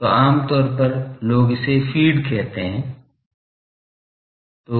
तो आम तौर पर लोग इसे फीड करते हैं कि यह